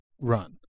run